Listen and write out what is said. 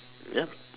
yup